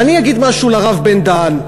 ואני אגיד משהו לרב בן-דהן.